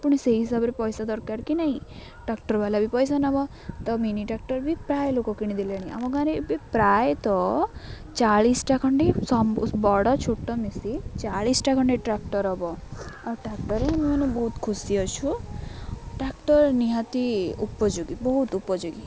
ପୁଣି ସେଇ ହିସାବରେ ପଇସା ଦରକାର କି ନାହିଁ ଟ୍ରାକ୍ଟର୍ ବାଲା ବି ପଇସା ନବ ତ ମିନି ଟ୍ରାକ୍ଟର୍ ବି ପ୍ରାୟ ଲୋକ କିଣିଦେଲେଣି ଆମ ଗାଁରେ ଏବେ ପ୍ରାୟତଃ ଚାଳିଶଟା ଖଣ୍ଡେ ବଡ଼ ଛୋଟ ମିଶି ଚାଳିଶଟା ଖଣ୍ଡେ ଟ୍ରାକ୍ଟର୍ ହବ ଆଉ ଟ୍ରାକ୍ଟର୍ ମାନେ ବହୁତ ଖୁସି ଅଛୁ ଟ୍ରାକ୍ଟର୍ ନିହାତି ଉପଯୋଗୀ ବହୁତ ଉପଯୋଗୀ